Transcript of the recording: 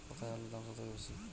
কোথায় আলুর দাম সবথেকে বেশি?